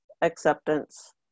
acceptance